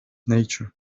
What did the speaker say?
nature